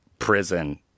Prison